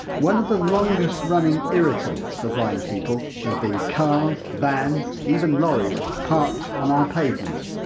one of the longest running irritants for blind people has been cars, vans, even lorries, parked on our pavements.